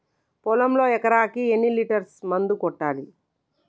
పొలంలో ఎకరాకి ఎన్ని లీటర్స్ మందు కొట్టాలి?